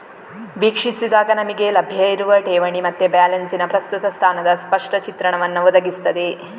ವೀಕ್ಷಿಸಿದಾಗ ನಮಿಗೆ ಲಭ್ಯ ಇರುವ ಠೇವಣಿ ಮತ್ತೆ ಬ್ಯಾಲೆನ್ಸಿನ ಪ್ರಸ್ತುತ ಸ್ಥಾನದ ಸ್ಪಷ್ಟ ಚಿತ್ರಣವನ್ನ ಒದಗಿಸ್ತದೆ